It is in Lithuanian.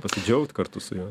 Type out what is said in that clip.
pasidžiaugt kartu su juo